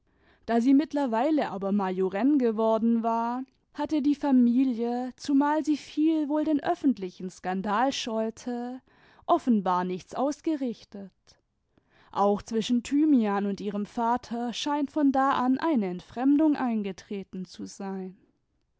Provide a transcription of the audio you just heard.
da sie mittlerweile aber majorenn geworden war hat die familie zumal sie viel wohl den öffentlichen skandal scheute offenbar nichts ausgerichtet auch zwischen thymian und ihrem vater scheint von da an eine entfremdung eingetreten zu sein